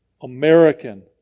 American